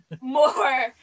more